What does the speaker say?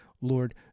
Lord